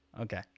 Okay